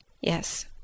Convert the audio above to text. Yes